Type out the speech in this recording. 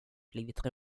blivit